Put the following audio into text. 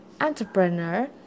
entrepreneur